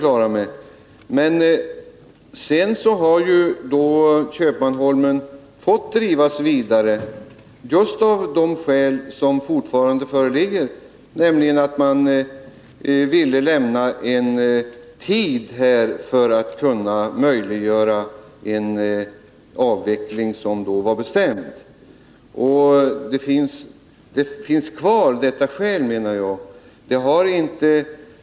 Sedan har Köpmanholmen fått drivas vidare av just de skäl som fortfarande föreligger, nämligen att man ville lämna en tidsfrist för att kunna möjliggöra den avveckling som då var bestämd. Dessa skäl kvarstår, menar jag.